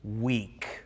weak